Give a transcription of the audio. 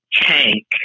tank